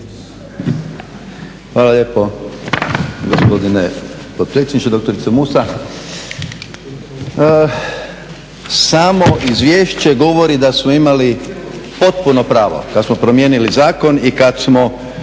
Hvala lijepo gospodine potpredsjedniče. Doktorice Musa. Samo izvješće govori da smo imali potpuno pravo kad smo promijenili zakon i kad smo